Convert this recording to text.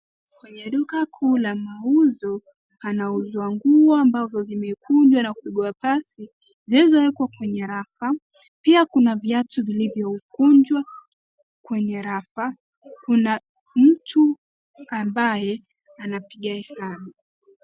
Kwenye duka kuu la mauzo, panauzwa nguo ambazo zimekunjwa na kupigwa pasi, zilizowekwa kwenye rafa, pia kuna viatu vilivyo kunjwa kwenye rafa. Kuna mtu ambaye anapiga hesabu.